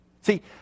See